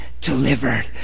delivered